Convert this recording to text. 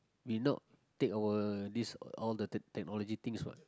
we not take our this all the tech~ technology things what